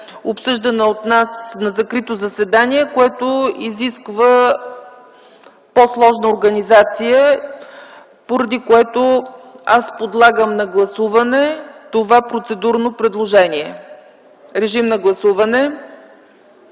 обсъждана от нас на закрито заседание, което изисква по-сложна организация, поради което подлагам на гласуване това процедурно предложение. Гласували